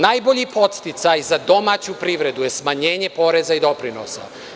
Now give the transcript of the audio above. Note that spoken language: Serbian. Najbolji podsticaj za domaću privredu je smanjenje poreza i doprinosa.